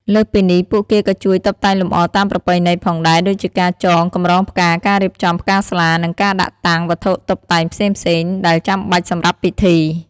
លើសពីនេះ ពួកគេក៏ជួយ តុបតែងលម្អតាមប្រពៃណី ផងដែរ ដូចជាការចង កម្រងផ្កា ការរៀបចំ ផ្កាស្លា និងការដាក់តាំង វត្ថុតុបតែងផ្សេងៗ ដែលចាំបាច់សម្រាប់ពិធី។